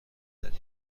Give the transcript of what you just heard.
دارین